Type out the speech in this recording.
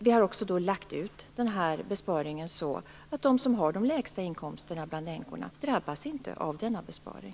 Vi har lagt ut besparingen så att de som har de lägsta inkomsterna bland änkorna inte drabbas av denna besparing.